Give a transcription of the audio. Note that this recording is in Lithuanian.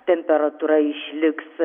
temperatūra išliks